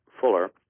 Fuller